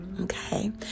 Okay